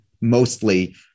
mostly